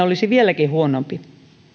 olisi vieläkin huonompi